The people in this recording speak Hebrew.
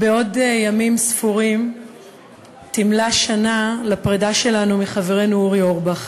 בעוד ימים ספורים תימלא שנה לפרידה שלנו מחברנו אורי אורבך,